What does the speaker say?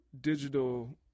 digital